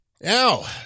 Now